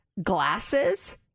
glasses